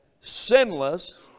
sinless